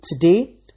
Today